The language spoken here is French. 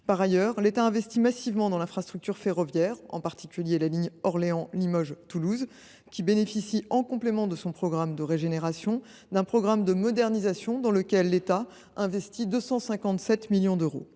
Par ailleurs, l’État investit massivement dans l’infrastructure ferroviaire. En particulier, la ligne Paris Orléans Limoges Toulouse bénéficie, en complément de son programme de régénération, d’un programme de modernisation dans lequel l’État investit 257 millions d’euros.